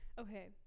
okay